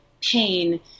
pain